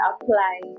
apply